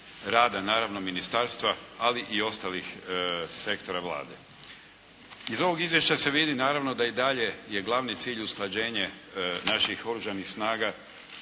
rada naravno ministarstva ali i ostalih sektora Vlade. Iz ovog izvješća se vidi naravno da i dalje je glavni cilj usklađenje naših oružanih snaga